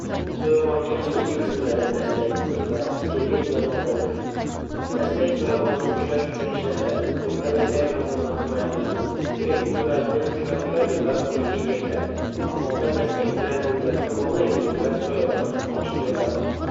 Soyabonning asosiy qismlari dastak, gumbaz, skelet va novdadir. Dastak soyabonni ushlash uchun ishlatiladi, gumbaz esa yomg'irdan himoya qiladi. Skelet gumbazni ushlab turadi va uni kengaytiradi. Novda dastak bilan gumbazni bog'laydi va soyabonni ochib-yopadi.